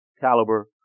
caliber